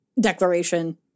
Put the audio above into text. declaration